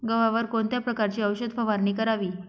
गव्हावर कोणत्या प्रकारची औषध फवारणी करावी?